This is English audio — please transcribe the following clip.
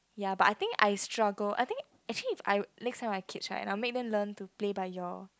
ya but I think I struggle I think actually if I next time I have kids right I'll make them learn to play by ear